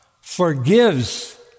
forgives